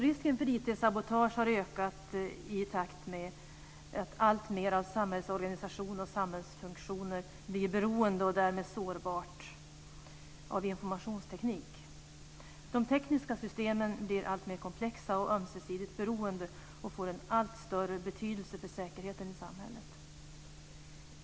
Risken för IT-sabotage har ökat i takt med att alltmer av samhällsorganisationer och samhällsfunktioner blir beroende av informationsteknik och därmed mer sårbara. De tekniska systemen blir alltmer komplexa och ömsesidigt beroende och får en allt större betydelse för säkerheten i samhället.